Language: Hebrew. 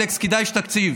אלכס, כדאי שתקשיב,